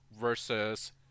versus